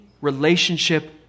relationship